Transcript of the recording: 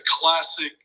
classic